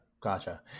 Gotcha